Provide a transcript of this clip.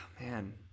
Man